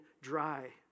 dry